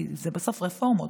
כי בסוף אלה רפורמות,